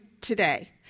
today